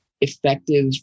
effective